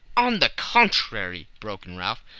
on the contrary, broke in ralph,